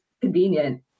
convenient